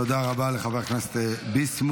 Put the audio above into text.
תודה רבה לחבר הכנסת ביסמוט.